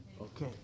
Okay